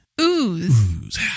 Ooze